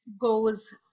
goes